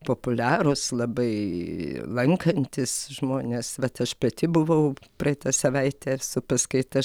populiarūs labai lankantys žmonės vat aš pati buvau praeitą savaitę ir su paskaita